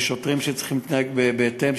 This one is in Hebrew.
ושוטרים שצריכים להתנהג בהתאם,